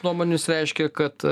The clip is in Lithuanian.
nuomonės reiškia kad